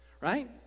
right